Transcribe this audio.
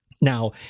Now